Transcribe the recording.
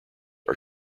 are